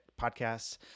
Podcasts